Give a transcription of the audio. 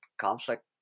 conflict